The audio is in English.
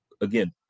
again